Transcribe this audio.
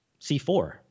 c4